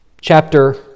chapter